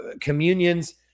communions